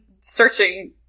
searching